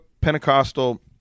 Pentecostal